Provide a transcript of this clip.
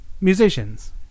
musicians